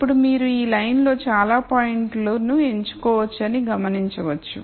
ఇప్పుడు మీరు ఈ లైన్లో చాలా పాయింట్లను ఎంచుకోవచ్చని గమనించవచ్చు